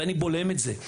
ואני בולם את זה,